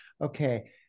Okay